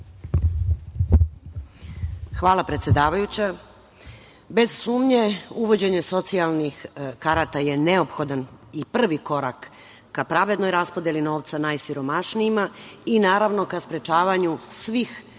Hvala, predsedavajuća. Bez sumnje, uvođenje socijalnih karata je neophodan i prvi korak ka pravednoj raspodeli novca najsiromašnijima i naravno ka sprečavanju svih